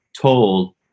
told